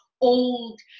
old